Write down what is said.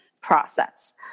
process